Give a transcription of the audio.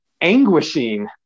anguishing